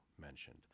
mentioned